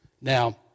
Now